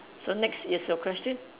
so next is your question